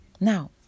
Now